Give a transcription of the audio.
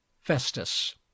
Festus